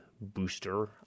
booster